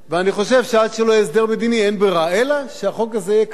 אני חושב שעד שלא יהיה הסדר מדיני אין ברירה אלא שהחוק הזה יהיה קיים.